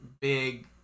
big